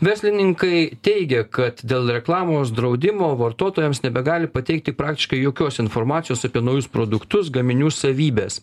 verslininkai teigia kad dėl reklamos draudimo vartotojams nebegali pateikti praktiškai jokios informacijos apie naujus produktus gaminių savybes